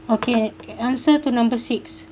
okay answer to number six